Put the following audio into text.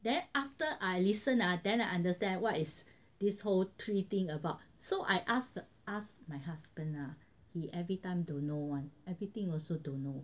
then after I listen ah then I understand what is this whole three thing about so I ask ask my husband ah he every time don't know [one] everything also don't know